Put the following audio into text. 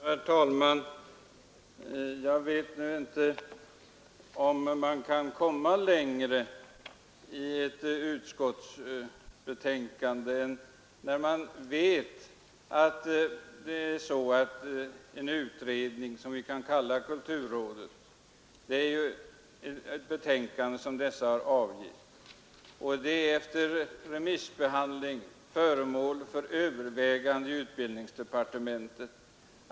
Herr talman! Jag vet inte om man kan komma längre i ett utskottsbetänkande i ett ärende där en utredning — som vi ju kan kalla kulturrådets betänkande för — efter remissbehandling är föremål för övervägande i utbildningsdepartementet.